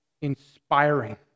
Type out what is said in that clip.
inspiring